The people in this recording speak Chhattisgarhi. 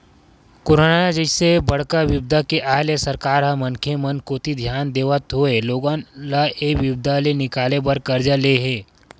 करोना जइसे बड़का बिपदा के आय ले सरकार ह मनखे मन कोती धियान देवत होय लोगन ल ऐ बिपदा ले निकाले बर करजा ले हे